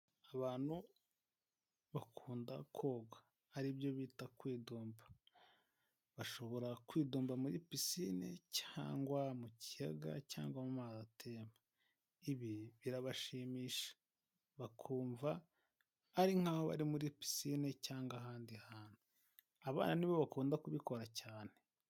Abantu bakunda koga, aribyo bita kwidumba bashobora kwidumba muri pisine cyangwa mu kiyaga cyangwa amazi atemba. Ibi birabashimisha, bakumva ari nkaho bari muri pisine cyangwa ahandi hantu, abana ni bo bakunda kubikora cyane.